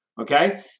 okay